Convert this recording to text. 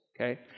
okay